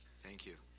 thank you.